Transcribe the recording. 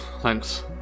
Thanks